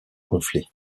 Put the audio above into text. conflit